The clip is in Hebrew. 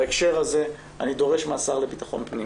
בהקשר הזה, אני דורש מהשר לביטחון הפנים